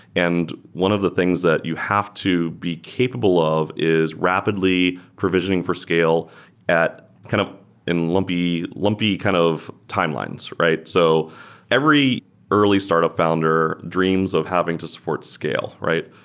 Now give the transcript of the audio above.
and one of the things that you have to be capable of is rapidly provisioning for scale at kind of in lumpy lumpy kind of timelines, right? so every early startup founder, dreams of having to support scale, right?